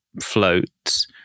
floats